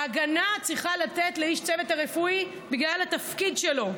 ההגנה צריכה להינתן לאיש הצוות הרפואי בגלל התפקיד שלו,